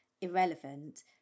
irrelevant